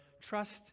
trust